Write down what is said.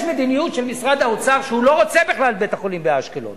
יש מדיניות של משרד האוצר שהוא לא רוצה בכלל את בית-החולים באשקלון,